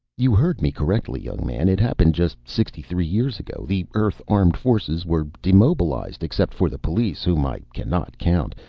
you heard me correctly, young man. it happened just sixty-three years ago. the earth armed forces were demobilized, except for the police whom i cannot count.